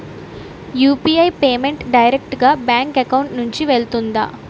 UPI payment direct గా bank account నుంచి వెళ్తుందా?